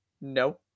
No